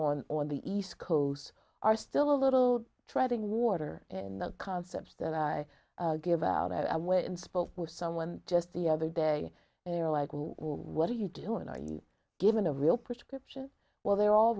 on on the east coast are still a little treading water in the concepts that i give out and i went and spoke with someone just the other day and they're like what are you doing are you given a real prescription well they're all